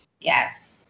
Yes